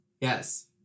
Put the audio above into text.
Yes